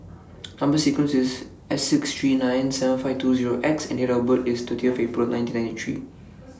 Number sequence IS S six three nine and seven five two Zero X and Date of birth IS thirtieth April nineteen ninety three